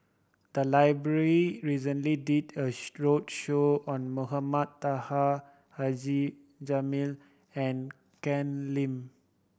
the library recently did a roadshow on Mohamed Taha Haji Jamil and Ken Lim